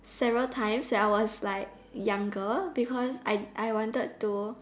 several times when I was like younger because I I wanted to